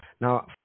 now